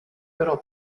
però